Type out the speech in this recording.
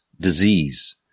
disease